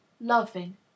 loving